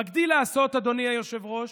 מגדיל לעשות, אדוני היושב-ראש,